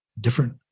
Different